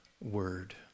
word